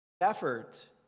effort